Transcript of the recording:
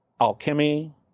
alchemy